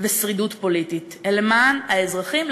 ושרידות פוליטית אלא למען האזרחים,